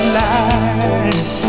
life